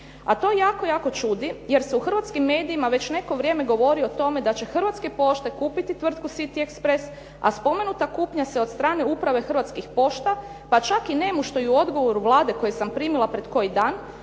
a to jako čudi jer se u hrvatskim medijima već neko vrijeme gotovo o tome da će Hrvatske pošte kupiti tvrtku "City Express" a spomenuta kupnja se od strane Uprave Hrvatskih pošta pa čak i nemušte u odgovoru Vlade koji sam primila pred koji dan